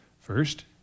First